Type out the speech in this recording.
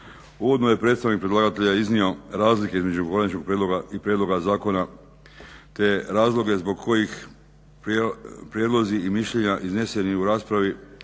Uvodno je predstavnik predlagatelja iznio razlike između konačnog prijedloga i prijedloga zakona te razloge zbog kojih prijedlozi i mišljenja izneseni u raspravi